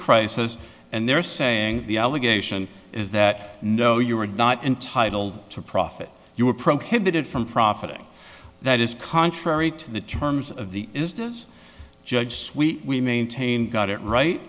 crisis and they're saying the allegation is that no you are not entitled to profit you are prohibited from profiting that is contrary to the terms of the us judge swe maintain got it right